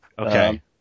Okay